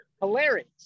hilarious